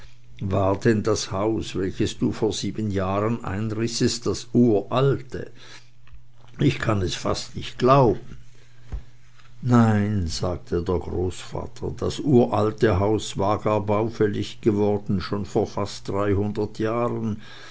war denn das haus welches du vor sieben jahren einrissest das uralte ich kann das fast nicht glauben nein sagte der großvater das uralte haus war gar baufällig geworden schon vor fast dreihundert jahren